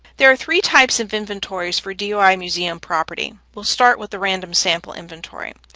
there are three types of inventories for doi museum property. we'll start with a random sample inventory.